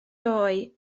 doe